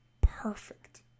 Perfect